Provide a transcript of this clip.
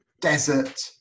desert